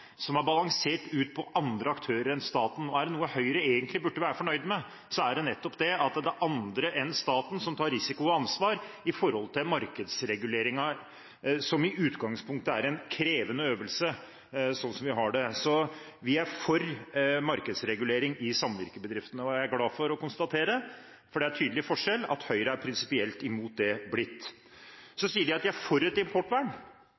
som er balansert ut på andre aktører enn staten. Er det noe Høyre egentlig burde være fornøyd med, er det nettopp at det er andre enn staten som tar risiko og ansvar for markedsreguleringen, som i utgangspunktet er en krevende øvelse slik vi har det. Vi er for markedsregulering i samvirkebedriftene. Jeg er glad for å konstatere – for det er tydelig forskjell – at Høyre er blitt prinsipielt imot det. Så sier de at de er for et importvern.